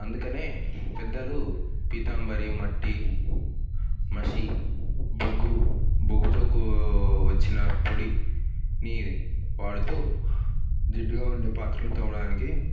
అందుకనే పెద్దలు పీతాంబరి మట్టి మసి బొగ్గు బొగ్గుతో కో వచ్చిన పొడిని వాడుతూ జిడ్డుగా వుండే పాత్రలను తోమడానికి